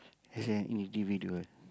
as an individual